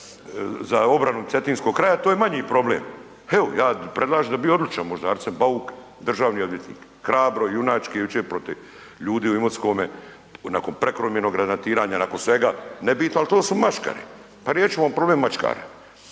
za obranu Cetinskog kraja to je manji problem. Evo, ja predlažem da bi bio odličan možda Arsen Bauk, državni odvjetnik, hrabro, junački jučer protiv ljudi u Imotskome nakon prekomjernog granatiranja, nakon svega nebitno, ali to su maškare. Pa riješit ćemo problem maškara,